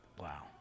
Wow